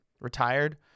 retired